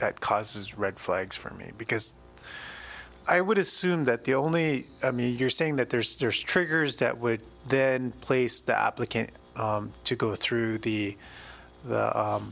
that causes red flags for me because i would assume that the only me you're saying that there's there's triggers that would then place the application to go through the